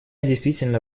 действительно